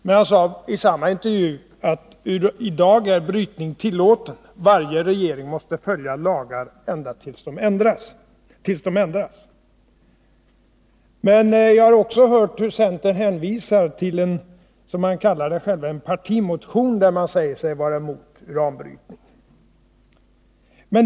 Men han sade i samma intervju: I dag är brytning tillåten. Varje regering måste följa lagar ända tills de ändras. Jag har också hört hur centern hänvisar till en, som man kallar den, partimotion där man säger sig vara emot uranbrytning.